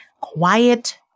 Quiet